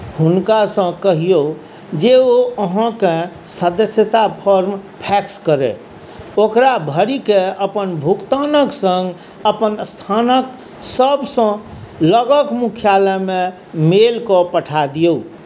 हुनकासँ कहिऔ जे ओ अहाँके सदस्यता फॉर्म फैक्स करै ओकरा भरिके अपन भुगतानके सङ्ग अपन स्थानके सबसँ लगके मुख्यालयमे मेल कऽ पठा दिऔ